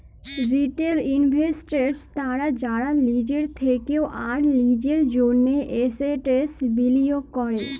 retail investors তারা যারা লিজের থেক্যে আর লিজের জন্হে এসেটস বিলিয়গ ক্যরে